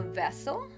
vessel